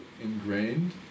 ingrained